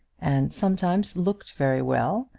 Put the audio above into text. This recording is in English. and sometimes looked very well,